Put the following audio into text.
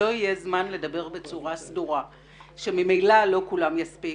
לא יהיה זמן לדבר בצורה סדורה שממילא לא כולם יספיקו.